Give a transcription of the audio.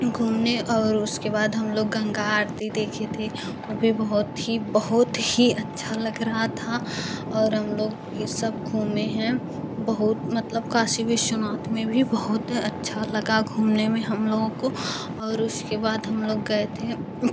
घूमने और उसके बाद हम लोग गंगा आरती देखे थे वो भी बहुत ही बहुत ही अच्छा लग रहा था और हम लोग ये सब घूमे हैं बहुत मतलब काशी विश्वनाथ में भी बहुत अच्छा लगा घूमने में हम लोगों के और उशके बाद हम लोग गए थे